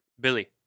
Billy